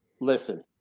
Listen